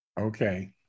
Okay